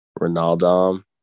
Ronaldo